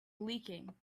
leaking